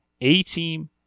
A-Team